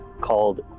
called